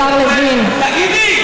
השר לוין,